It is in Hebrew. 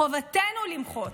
חובתנו למחות.